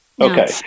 Okay